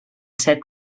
set